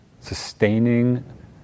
sustaining